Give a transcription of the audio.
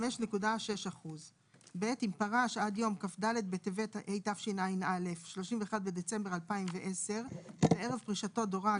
5.6%. אם פרש עד יום כ"ד בטבת התשע"א (31 בדצמבר 2010) וערב פרישתו דורג